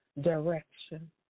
direction